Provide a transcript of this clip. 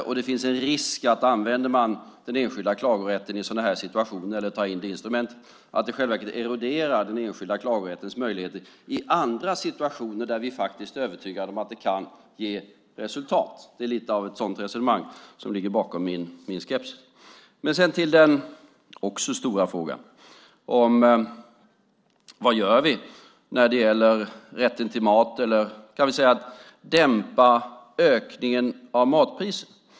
Om man använder den enskilda klagorätten i sådana här situationer eller tar in det instrumentet finns det en risk att det eroderar den enskilda klagorättens möjligheter i andra situationer där vi är övertygade om att det kan ge resultat. Det är ett sådant resonemang som ligger bakom min skepsis. Så till den andra stora frågan, nämligen vad vi gör när det gäller rätten till mat och att dämpa ökningen av matpriserna.